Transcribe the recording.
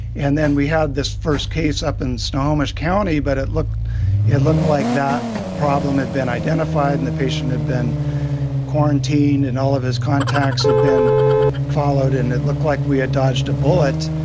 and then we had this first case up and stormers county. but it looked it looked like that problem had been identified and the patient had been quarantined and all of his contacts had been followed. and it looked like we had dodged a bullet.